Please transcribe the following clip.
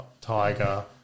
tiger